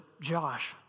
Josh